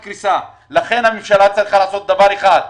לכן הממשלה צריכה לעשות דבר אחד: